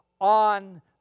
on